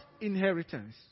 inheritance